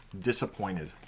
Disappointed